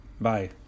bye